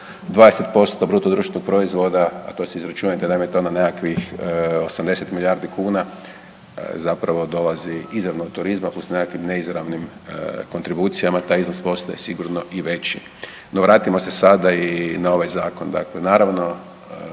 da skoro 20% BDP-a, a to si izračunajte, naime to na nekakvih 80 milijardi kuna zapravo dolazi izravno od turizma plus nekakvim neizravnim kontribucijama taj iznos postaje sigurno i veći. No vratimo se sada i na ovaj zakon.